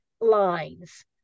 Lines